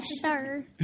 Sure